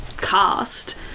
cast